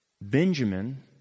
Benjamin